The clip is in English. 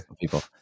people